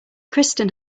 kristen